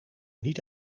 niet